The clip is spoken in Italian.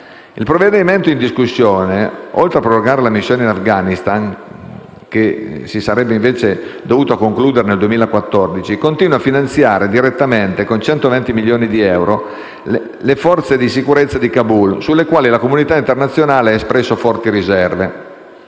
II provvedimento in discussione, oltre a prorogare la missione in Afghanistan, che si sarebbe invece dovuta concludere nel 2014, continua a finanziare direttamente con 120 milioni di euro le forze di sicurezza di Kabul, sulle quali la comunità internazionale ha espresso forti riserve.